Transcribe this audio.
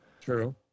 True